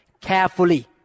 carefully